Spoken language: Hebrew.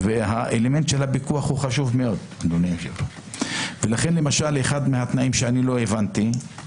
האלמנט של הפיקוח חשוב מאוד אחד התנאים שאני לא הבנתי,